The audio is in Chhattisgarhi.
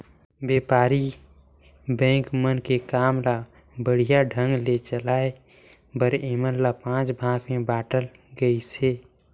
बेपारी बेंक मन के काम ल बड़िहा ढंग ले चलाये बर ऐमन ल पांच भाग मे बांटल गइसे